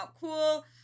cool